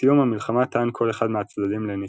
בסיום המלחמה טען כל אחד מהצדדים לניצחון.